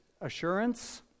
assurance